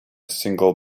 single